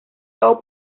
cabo